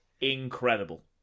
incredible